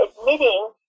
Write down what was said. admitting